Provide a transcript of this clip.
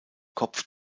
kopf